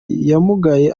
yamugaye